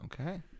okay